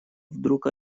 вдруг